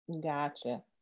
Gotcha